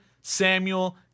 Samuel